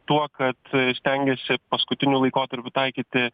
tuo kad stengiasi paskutiniu laikotarpiu taikyti